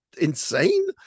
insane